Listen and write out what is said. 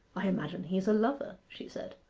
i imagine he's a lover she said.